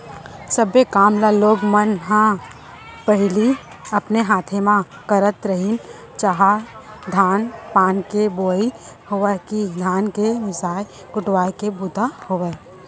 सब्बे काम ल लोग मन न पहिली अपने हाथे म करत रहिन चाह धान पान के बोवई होवय कि धान के मिसाय कुटवाय के बूता होय